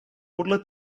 podle